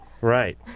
Right